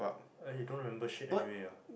ah he don't remember shit anyway ah